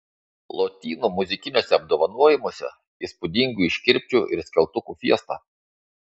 lotynų muzikiniuose apdovanojimuose įspūdingų iškirpčių ir skeltukų fiesta